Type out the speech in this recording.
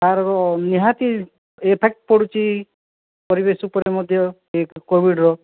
ତା'ର ତ ନିହାତି ଇଫେକ୍ଟ ପଡ଼ୁଛି ପରିବେଶ ଉପରେ ମଧ୍ୟ ଏଇ କୋଭିଡ଼୍ର